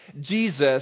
Jesus